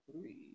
three